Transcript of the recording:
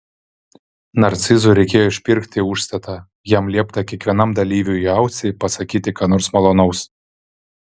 narcizui reikėjo išpirkti užstatą jam liepta kiekvienam dalyviui į ausį pasakyti ką nors malonaus